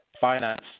finance